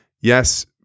Yes